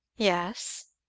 yes.